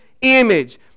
image